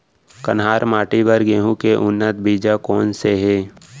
कन्हार माटी बर गेहूँ के उन्नत बीजा कोन से हे?